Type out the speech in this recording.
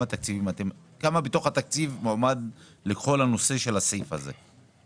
כמה בתוך התקציב מועמד לכל הנושא של הסעיף הזה?